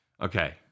Okay